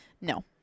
No